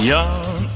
Young